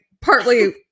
partly